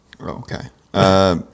Okay